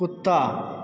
कुत्ता